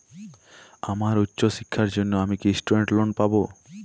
আমার উচ্চ শিক্ষার জন্য আমি কি স্টুডেন্ট লোন পাবো